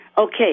Okay